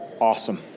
Awesome